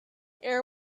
air